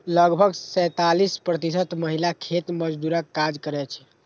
लगभग सैंतालिस प्रतिशत महिला खेत मजदूरक काज करै छै